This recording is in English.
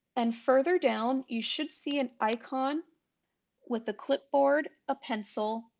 and further down you should see an icon with a clipboard, a pencil,